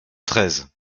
treize